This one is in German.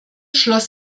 schloss